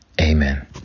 amen